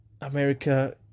America